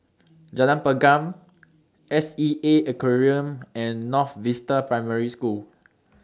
Jalan Pergam S E A Aquarium and North Vista Primary School